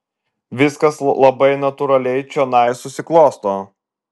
viskas labai natūraliai čionai susiklosto